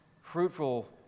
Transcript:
fruitful